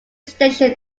station